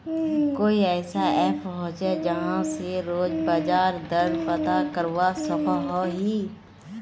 कोई ऐसा ऐप होचे जहा से रोज बाजार दर पता करवा सकोहो ही?